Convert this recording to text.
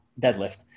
deadlift